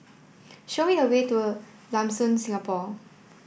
show me the way to Lam Soon Singapore